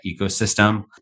ecosystem